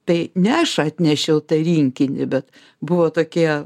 tai ne aš atnešiau tą rinkinį bet buvo tokie